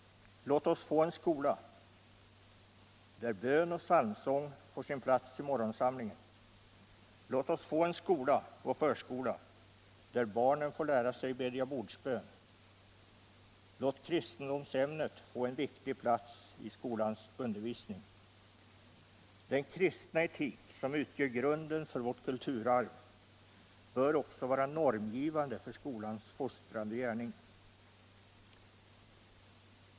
Låt oss få en skola där bön och psalmsång får sin plats i morgonsamlingen, låt oss få en skola och förskola, där barnen får lära sig att be bordsbön, låt kristendomsämnet få en viktig plats i skolans undervisning. Den kristna etik som utgör grunden för vårt kulturarv bör också vara normgivande för skolans fostrande gärning.